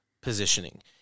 positioning